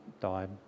died